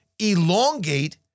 Elongate